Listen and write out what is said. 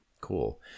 cool